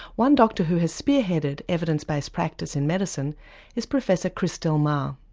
one doctor who has spearheaded evidence based practice in medicine is professor chris del mar.